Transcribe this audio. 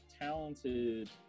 talented